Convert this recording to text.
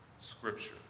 scripture